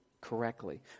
Correctly